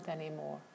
anymore